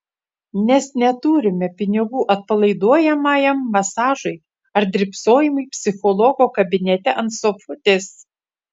nes neturime pinigų atpalaiduojamajam masažui ar drybsojimui psichologo kabinete ant sofutės